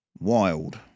Wild